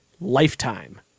lifetime